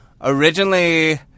Originally